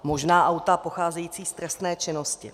Možná auta pocházející z trestné činnosti.